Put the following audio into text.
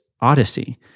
odyssey